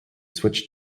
switch